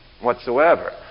whatsoever